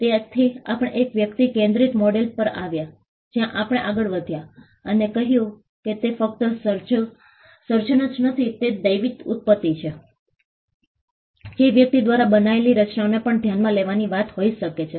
તેથીઆપણે એક વ્યક્તિ કેન્દ્રિત મોડેલ પર આવ્યા જ્યાં આપણે આગળ વધ્યા અને કહ્યું કે તે ફક્ત સર્જન જ નથી જે દૈવી ઉત્પત્તિ છે જે વ્યક્તિ દ્વારા બનાવેલી રચનાઓને પણ ધ્યાનમાં લેવાની વાત હોઈ શકે છે